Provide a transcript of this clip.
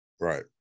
right